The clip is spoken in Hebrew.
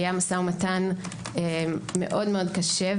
היה משא ומתן מאוד קשה,